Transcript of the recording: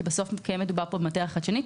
כי בסוף מתקיימת פה מאטריה חדשנית.